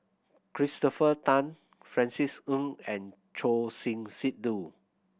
Christopher Tan Francis Ng and Choor Singh Sidhu